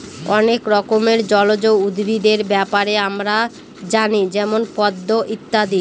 অনেক রকমের জলজ উদ্ভিদের ব্যাপারে আমরা জানি যেমন পদ্ম ইত্যাদি